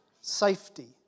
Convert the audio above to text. safety